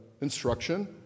instruction